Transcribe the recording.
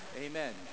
amen